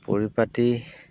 পৰিপাটি